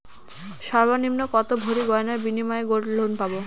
সর্বনিম্ন কত ভরি গয়নার বিনিময়ে গোল্ড লোন পাব?